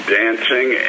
dancing